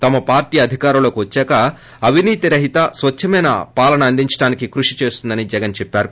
తమ పార్టీ అధికారంలోకి వద్చాక అవినీతి రహిత స్వచ్చమైన పాలన అందించడానికి కృషి చేస్తామన్ జగన్ చెప్పారు